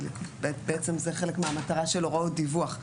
כי בעצם זה חלק מהמטרה של הוראות דיווח,